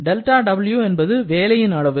δW என்பது வேலையின் அளவு